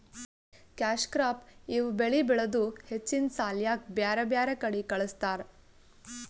cash crop ಇವ್ ಬೆಳಿ ಬೆಳದು ಹೆಚ್ಚಿನ್ ಸಾಲ್ಯಾಕ್ ಬ್ಯಾರ್ ಬ್ಯಾರೆ ಕಡಿ ಕಳಸ್ತಾರ್